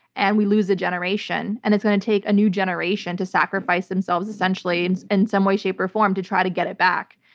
and we lose a generation, and it's going to take a new generation to sacrifice themselves, essentially, in some way, shape or form to try to get it back.